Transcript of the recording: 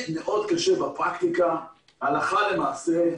יהיה מאוד קשה בפרקטיקה הלכה למעשה,